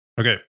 Okay